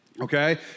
Okay